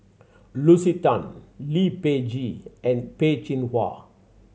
Lucy Tan Lee Peh Gee and Peh Chin Hua